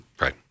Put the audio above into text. Right